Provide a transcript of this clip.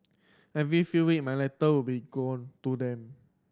every few week my letter would be go to them